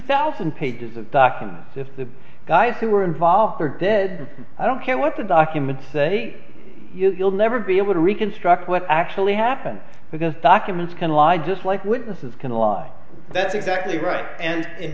thousand pages of documents if the guys who were involved were dead i don't care what the documents say any you'll never be able to reconstruct what actually happened because documents can lie just like witnesses can a law that's exactly right and